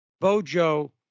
Bojo